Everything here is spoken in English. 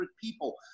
people